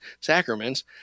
sacraments